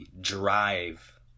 drive